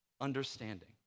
understanding